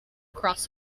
across